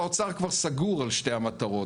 האוצר כבר סגור על שתי המטרות,